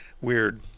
weird